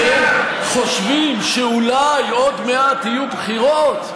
כשהם חושבים שאולי עוד מעט יהיו בחירות,